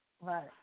Right